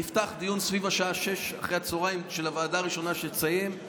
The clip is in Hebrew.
ייפתח דיון סביב השעה 18:00 אחר הצוהריים של הוועדה הראשונה שתסיים.